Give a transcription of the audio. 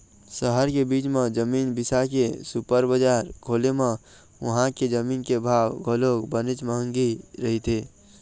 सहर के बीच म जमीन बिसा के सुपर बजार खोले म उहां के जमीन के भाव घलोक बनेच महंगी रहिथे